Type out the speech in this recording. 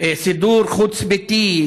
סידור חוץ-ביתי,